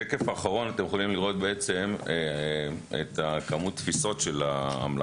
בשקף האחרון אתם יכולים לראות את כמות תפיסות אמצעי הלחימה,